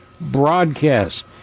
broadcast